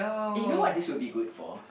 eh you know what this would be good for